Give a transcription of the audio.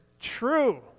true